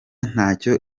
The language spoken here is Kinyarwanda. ntacyo